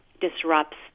disrupts